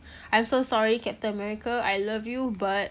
I'm so sorry captain america I love you but